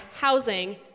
housing